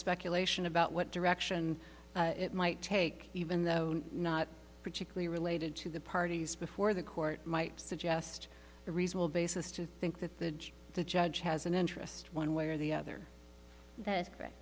speculation about what direction it might take even though not particularly related to the parties before the court might suggest a reasonable basis to think that the judge has an interest one way or the other that